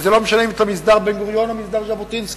וזה לא משנה אם אתה ממסדר בן-גוריון או ממסדר ז'בוטינסקי,